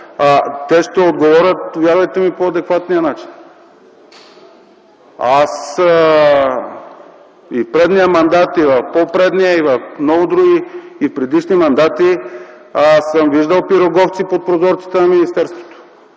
те ще отговорят, вярвайте ми, по адекватния начин. И в предния мандат, и в по-предния, и в други предишни мандати съм виждал пироговци под прозорците на министерството!